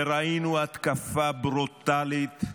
ראינו התקפה ברוטלית,